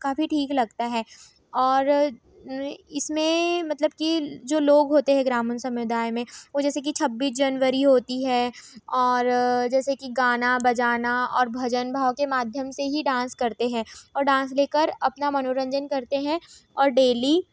काफी ठीक लगता है और इसमें मतलब की जो लोग होते हैं ग्रामीण समुदाय में वो जैसे कि छब्बीस जनवरी होती है और जैसे कि गाना बजाना और भजन भाव के माध्यम से ही डांस करते हैं और डांस देखकर अपना मनोरंजन करते हैं और डेली